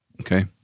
Okay